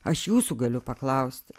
aš jūsų galiu paklausti